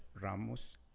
Ramos